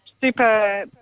super